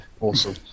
Awesome